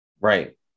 Right